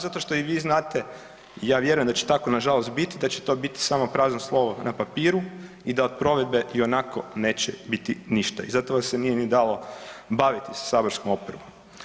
Zato što i vi znate i ja vjerujem da će tako nažalost biti, da će to biti prazno slovo na papiru i da od provedbe ionako neće biti ništa i zato vam se nije ni dalo baviti sa saborskom oporbom.